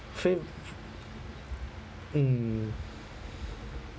f~ mm